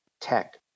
tech